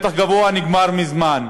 מתח גבוה נגמר מזמן,